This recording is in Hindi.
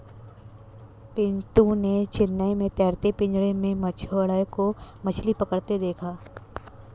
पिंटू ने चेन्नई में तैरते पिंजरे में मछुआरों को मछली पकड़ते देखा